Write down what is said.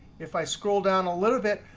if i scroll down a little bit,